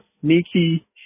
sneaky